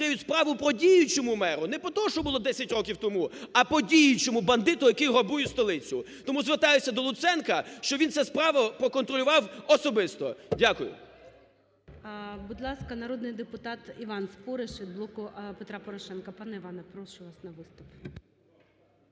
справу по діючому меру, не по тому, що було 10 років тому, а по діючому бандиту, який грабує столицю. Тому звертаюся до Луценка, щоб він цю справу проконтролював особисто. Дякую. ГОЛОВУЮЧИЙ. Будь ласка, народний депутат Іван Спориш від "Блоку Петра Порошенка". Пане Іване, прошу вас на виступ.